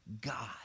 God